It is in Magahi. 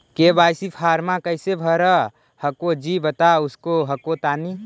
के.वाई.सी फॉर्मा कैसे भरा हको जी बता उसको हको तानी?